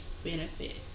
benefit